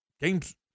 games